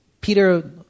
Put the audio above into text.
Peter